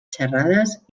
xerrades